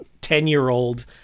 ten-year-old